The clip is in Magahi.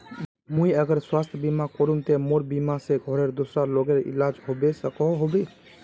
मुई अगर स्वास्थ्य बीमा करूम ते मोर बीमा से घोरेर दूसरा लोगेर इलाज होबे सकोहो होबे?